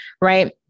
right